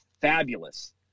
fabulous